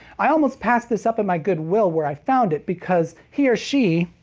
i almost passed this up at my goodwill where i found it because he or she.